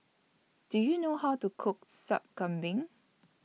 Do YOU know How to Cook Sup Kambing